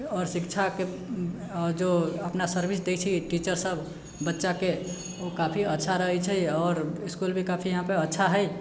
आओर शिक्षाके जे अपना सर्विस दै छै टीचरसब बच्चाके ओ काफी अच्छा रहै छै आओर इसकुल भी काफी इहाँपर अच्छा हइ